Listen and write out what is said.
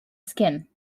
skin